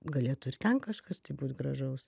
galėtų ir ten kažkas tai būt gražaus